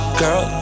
girl